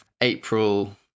april